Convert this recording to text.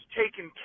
taken